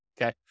okay